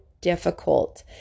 difficult